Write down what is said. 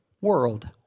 world